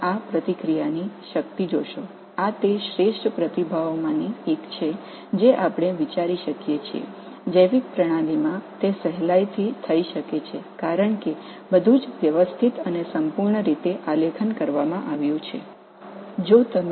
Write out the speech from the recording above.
உயிரியல் அமைப்பில் இது சிரமமின்றி நடைபெறுகின்றது ஏனெனில் எல்லாமே ஒழுங்கமைக்கப்பட்டு வடிவமைக்கப்பட்டுள்ளன